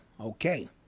Okay